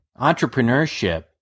entrepreneurship